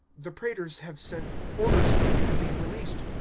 the praetors have sent orders for you to be released.